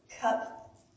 cup